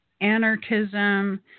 anarchism